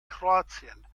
kroatien